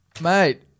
Mate